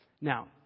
Now